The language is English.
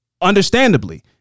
Understandably